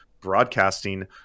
broadcasting